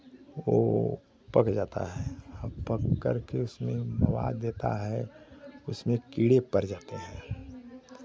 वो पक जाता है पक कर के उसमें मवाद देता है उसमें कीड़े पर जाते हैं